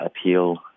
appeal